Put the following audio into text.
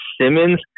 Simmons